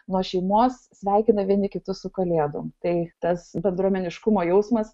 nuo šeimos sveikina vieni kitus su kalėdom tai tas bendruomeniškumo jausmas